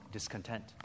Discontent